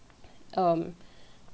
um